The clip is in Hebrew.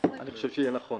אני חושב שזה יהיה נכון.